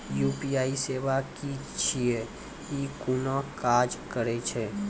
UPI सेवा की छियै? ई कूना काज करै छै?